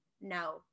no